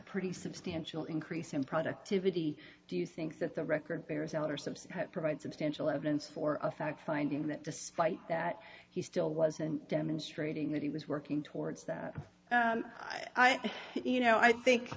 pretty substantial increase in productivity do you think that the record bears senator simpson provide substantial evidence for a fact finding that despite that he still wasn't demonstrating that he was working towards that i think you know i think